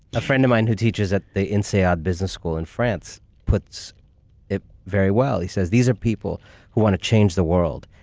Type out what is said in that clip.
a friend of mine who teaches at the insead ah business school in france puts it very well. he says these are people who want to change the world,